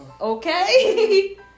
Okay